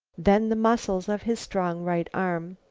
then the muscles of his strong right arm.